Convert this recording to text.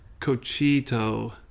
Cochito